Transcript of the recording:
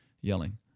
yelling